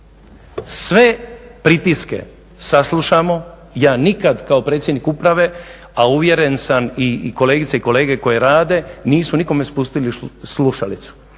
Sve pritiske saslušamo. Ja nikad kao predsjednik uprave, a uvjeren sam i kolegice i kolege koje rade, nisu nikome spustili slušalicu.